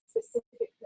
specifically